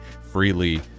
freely